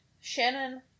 Shannon